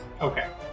Okay